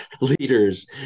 leaders